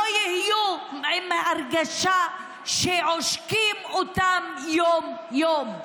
לא יהיו עם הרגשה שעושקים אותן יום-יום.